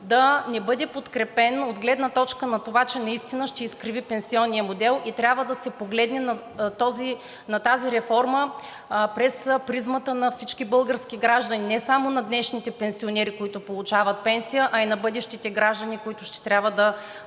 да не бъде подкрепен от гледна точка на това, че наистина ще изкриви пенсионния модел и трябва да се погледне на тази реформа през призмата на всички български граждани – не само на днешните пенсионери, които получават пенсия, а и на бъдещите граждани, които ще трябва да